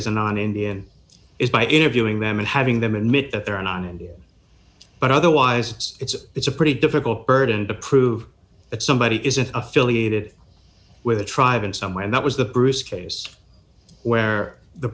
an indian is by interviewing them and having them admit that they're in an india but otherwise it's it's a pretty difficult burden to prove that somebody isn't affiliated with a tribe in some way and that was the bruce case where the